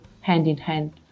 hand-in-hand